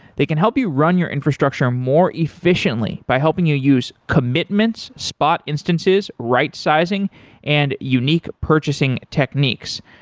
they can help you run your infrastructure more efficiently by helping you use commitments, spot instances, right sizing and unique purchasing techniques.